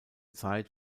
zeit